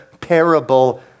parable